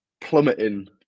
plummeting